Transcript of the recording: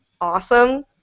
awesome